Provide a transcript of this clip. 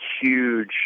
huge